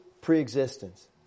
preexistence